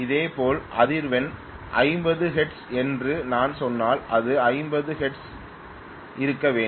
இதேபோல் அதிர்வெண் 50 ஹெர்ட்ஸ் என்று நான் சொன்னால் அது 50 ஹெர்ட்ஸில் இருக்க வேண்டும்